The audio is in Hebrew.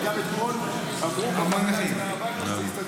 וגם אתמול אמרו בוועדה תודה